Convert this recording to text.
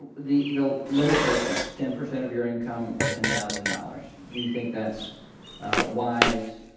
the the limitation, ten percent of your income or ten thousand dollars, do you think that's wise